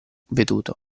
veduto